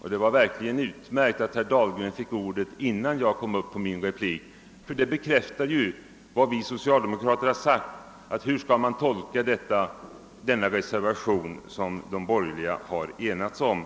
och det var verkligen utmärkt att herr Dahlgren fick ordet innan jag kom upp i min replik. Herr Dahlgrens uttalande bekräftar vad vi socialdemokrater sagt, nämligen att man inte vet hur den reservation skall tolkas som de borgerliga enat sig om.